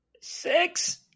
six